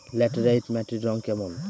Laterite মাটির রং কেমন?